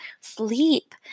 sleep